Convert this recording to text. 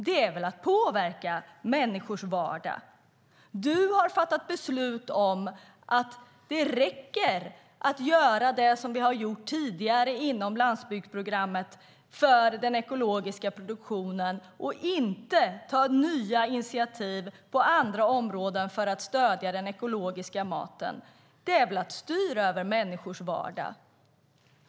Det är väl att påverka människors vardag. Du, Eskil Erlandsson, har fattat beslutet att det räcker att göra det vi har gjort tidigare inom landsbygdsprogrammet för den ekologiska produktionen och inte ta nya initiativ på andra områden för att stödja den ekologiska maten. Det är väl att styra över människors vardag.